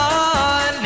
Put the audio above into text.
on